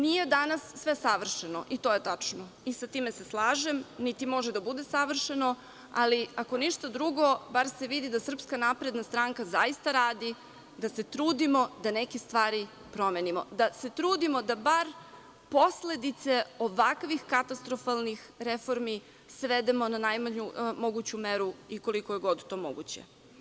Nije danas sve savršeno i to je tačno i sa time se slažem, niti može da bude savršeno, ali ako ništa drugo, bar se vidi da SNS zaista radi, da se trudimo da neke stvari promenimo, da se trudimo da bar posledice ovakvih katastrofalnih reformi svedemo na najmanju moguću meru i koliko je god to moguće.